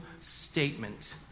statement